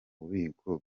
bubiko